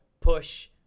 push